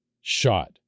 shot